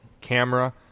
camera